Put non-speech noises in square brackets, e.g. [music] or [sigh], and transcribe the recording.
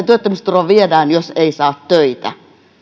[unintelligible] työttömyysturva viedään jos ei saa töitä